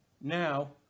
now